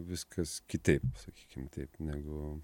viskas kitaip sakykim taip negu